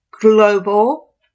Global